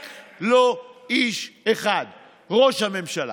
רק לא איש אחד, ראש הממשלה.